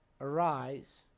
Arise